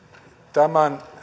tämän